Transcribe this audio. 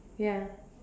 ya